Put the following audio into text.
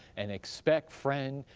and expect, friend,